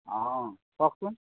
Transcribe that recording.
অঁ কওকচোন